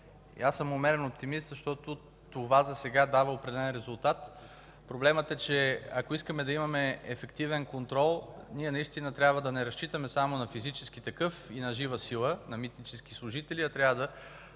Аз съм умерен оптимист, защото това засега дава определен резултат. Проблемът е, че ако искаме да имаме ефективен контрол, ние не трябва да разчитаме само на физически контрол и на жива сила – митнически служители, а трябва да